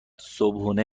صبحونه